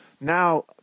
now